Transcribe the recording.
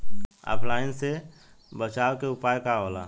ऑफलाइनसे बचाव के उपाय का होला?